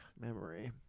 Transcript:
memory